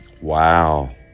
wow